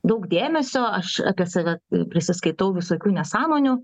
daug dėmesio aš apie save prisiskaitau visokių nesąmonių